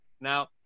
Now